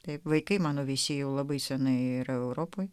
taip vaikai mano visi jau labai seniai yra europoje